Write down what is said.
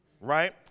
right